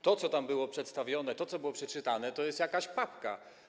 To, co tam było przedstawione, co było przeczytane, to jest jakaś papka.